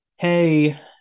hey